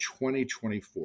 2024